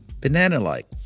banana-like